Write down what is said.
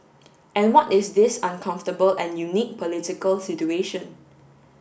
and what is this uncomfortable and unique political situation